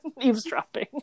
eavesdropping